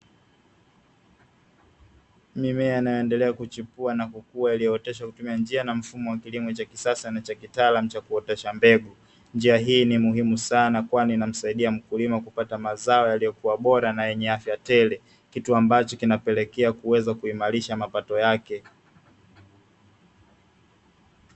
Mimea inayoendelea kuchipua na kukua iliyooteshwa kwa kutumia njia na mfumo wa kilimo cha kisasa na cha kitaalamu cha kuotesha mbegu. Njia hii ni muhimu sana kwani inamsaidia mkulima kupata mazao yaliyokua bora na yenye afya tele kitu ambacho kinapelekea kuweza kuimarisha mapato yake.